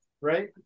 right